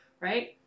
right